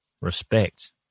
respect